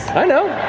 i know.